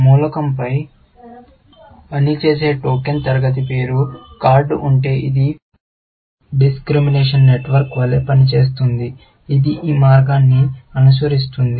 మూలకంపై పనిచేసే టోకెన్ తరగతి పేరు కార్డు ఉంటే ఇది డిస్క్రిమినేషన్ నెట్వర్క్ వలె పనిచేస్తుంది ఇది ఈ మార్గాన్ని అనుసరిస్తుంది